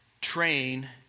Train